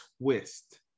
twist